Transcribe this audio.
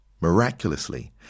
Miraculously